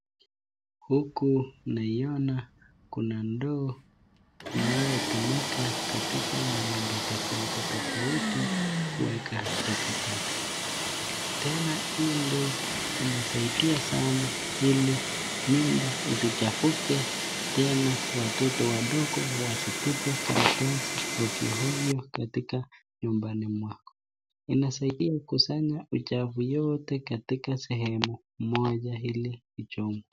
Huku naiona kuna ndoo inayotumika katika manyumba tofauti tofauti kuweka takataka ,tena hii ndo inasaidia sana ili nyumba isichafuke tena watoto wadogo wasitupe karatasi ovyo ovyo katika nyumbani mwako ,inasaidia kukusanya uchafu yote katika sehemu moja hili ichomwe.